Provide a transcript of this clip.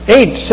Eight